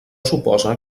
suposa